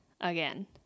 again